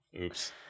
Oops